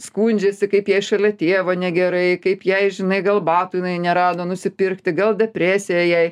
skundžiasi kaip jai šalia tėvo negerai kaip jai žinai gal batų jinai nerado nusipirkti gal depresija jai